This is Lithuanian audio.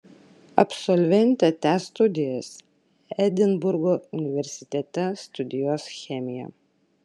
absolventė tęs studijas edinburgo universitete studijuos chemiją